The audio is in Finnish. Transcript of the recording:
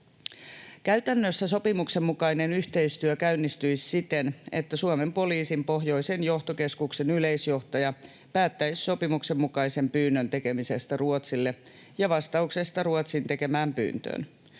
Käytännössä sopimuksen mukainen yhteistyö käynnistyisi siten, että Suomen poliisin pohjoisen johtokeskuksen yleisjohtaja päättäisi sopimuksen mukaisen pyynnön tekemisestä Ruotsille ja vastauksesta Ruotsin tekemään pyyntöön.